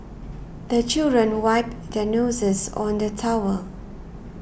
the children wipe their noses on the towel